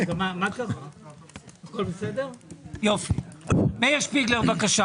מאיר שפיגלר, בבקשה.